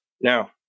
now